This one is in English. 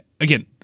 again